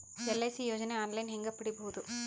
LIC ಯೋಜನೆ online ಹೇಂಗ ಪಡಿಬಹುದು?